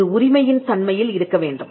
ஒரு உரிமையின் தன்மையில் இருக்க வேண்டும்